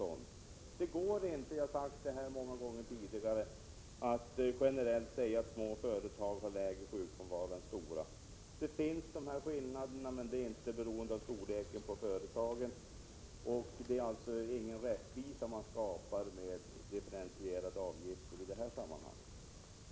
Det går inte, och det har jag sagt många gånger tidigare, att generellt säga att små företag har lägre sjukfrånvaro än stora. Skillnader finns, men dessa är inte beroende på företagens storlek. Man skapar alltså ingen rättvisa med differentierade avgifter i detta sammanhang.